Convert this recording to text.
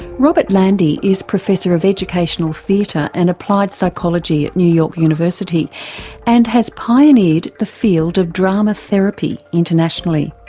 robert landy is professor of educational theatre and applied psychology at new york university and has pioneered the field of drama therapy internationally.